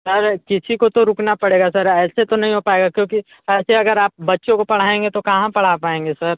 sir किसी को तो रुकना पड़ेगा सर ऐसे तो नहीं हो पाएगा क्योंकि ऐसे अगर आप बच्चों को पढ़ाएंगे तो कहाँ पढ़ा पाएंगे सर